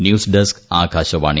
news desk Akashvani